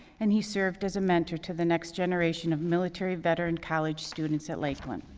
and he served as a mentor to the next generation of military veteran college students at lakeland.